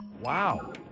Wow